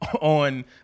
on